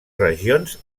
regions